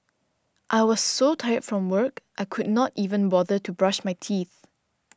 I was so tired from work I could not even bother to brush my teeth